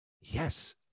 yes